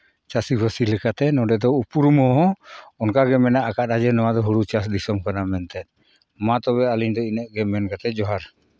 ᱪᱟᱹᱥᱤᱼᱵᱟᱹᱥᱤ ᱞᱮᱠᱟᱛᱮ ᱱᱚᱰᱮ ᱫᱚ ᱩᱯᱨᱩᱢ ᱦᱚᱸ ᱚᱱᱠᱟᱜᱮ ᱢᱮᱱᱟᱜ ᱟᱠᱟᱫᱟ ᱡᱮ ᱱᱚᱣᱟ ᱫᱚ ᱦᱩᱲᱩ ᱪᱟᱥ ᱫᱤᱥᱚᱢ ᱠᱟᱱᱟ ᱢᱮᱱᱛᱮ ᱢᱟ ᱛᱚᱵᱮ ᱟᱹᱞᱤᱧ ᱫᱚ ᱤᱱᱟᱹᱜ ᱜᱮ ᱢᱮᱱ ᱠᱟᱛᱮᱫ ᱡᱚᱦᱟᱨ